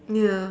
ya